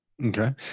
Okay